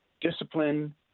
discipline